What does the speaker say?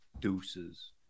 deuces